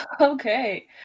Okay